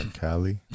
Callie